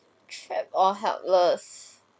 trap or helpless